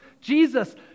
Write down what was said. Jesus